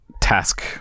task